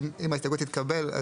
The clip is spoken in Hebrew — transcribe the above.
אם ההסתייגות תתקבל,